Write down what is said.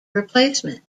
replacement